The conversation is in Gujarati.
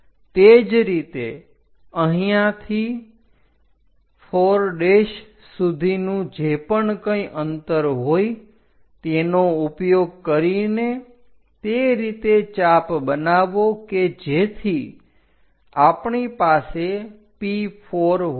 તે જ રીતે અહીંયાથી 4 સુધીનું જે પણ કંઇ અંતર હોય તેનો ઉપયોગ કરીને તે રીતે ચાપ બનાવો કે જેથી આપણી પાસે P4 હોય